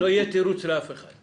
שלא יהיה תירוץ לאף אחד.